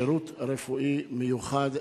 שירות רפואי מיוחד,